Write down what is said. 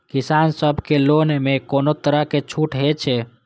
किसान सब के लोन में कोनो तरह के छूट हे छे?